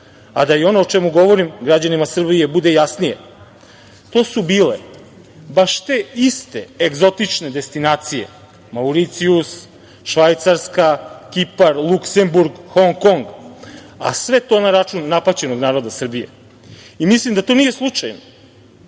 evra. Da ono o čemu govorim građanima Srbije bude jasnije, to su bile baš te iste egzotične destinacije Mauricijus, Švajcarska, Kipar, Luksemburg, Hong-Kong, a sve to na račun napaćenog naroda Srbije. Mislim da to nije slučajno. Šta